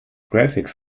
graphics